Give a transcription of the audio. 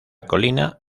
colina